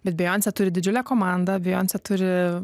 bet bejoncė turi didžiulę komandą bejoncė turi